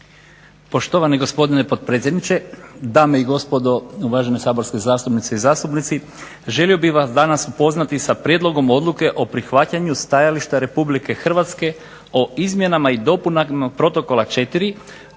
Poštovani gospodine potpredsjedniče, dame i gospodo uvažene saborske zastupnice i zastupnici. Želio bih vas danas upoznati sa Prijedlogom Odluke o prihvaćanju stajališta Republike Hrvatske o izmjenama i dopunama Protokola 4.